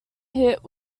hit